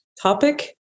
topic